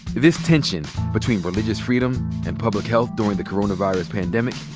this tension between religious freedom and public health during the coronavirus pandemic,